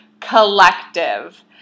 collective